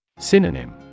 Synonym